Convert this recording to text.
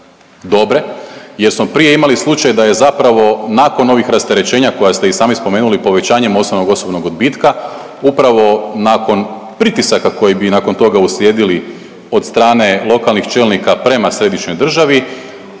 dobre jer smo prije imali slučaj da je zapravo nakon ovih rasterećenja koja ste i sami spomenuli, povećanjem osnovnog osobnog odbitka upravo nakon pritisaka koji bi nakon toga uslijedili od strane lokalnih čelnika prema središnjoj državi